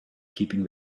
keeping